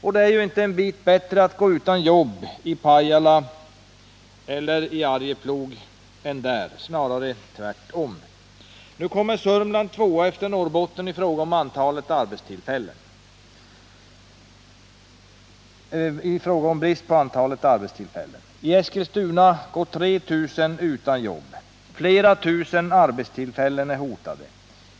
och det är inte en bit bättre än att gå utan jobb i Pajala eller Arjeplog — snarare tvärtom. Nu kommer Sörmland tvåa efter Norrbotten i fråga om brist på arbetstillfällen. I Eskilstuna går 3 000 utan jobb. Flera tusen arbetstillfällen är hotade.